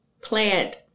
plant